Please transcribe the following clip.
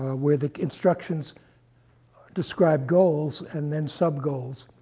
ah where the instructions describe goals and then subgoals.